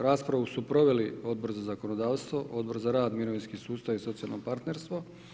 Raspravu su proveli Odbor za zakonodavstvo, Odbor za rad, mirovinski sustav i socijalno partnerstvo.